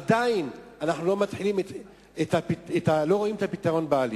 עדיין לא רואים פתרון בעליל.